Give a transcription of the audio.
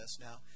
Now